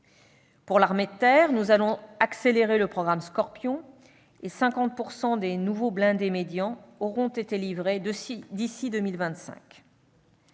Pour l'armée de terre, nous allons accélérer le programme Scorpion. Par ailleurs, 50 % des nouveaux blindés médians auront été livrés d'ici à 2025.